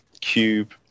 cube